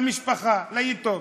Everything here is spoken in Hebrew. למשפחה, ליתום.